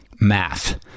math